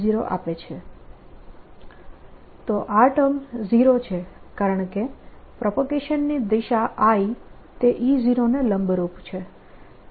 E0E0 આપે છે તો આ ટર્મ 0 છે કારણકે પ્રોપગેશનની દિશા i એ E0 ને લંબરૂપ છે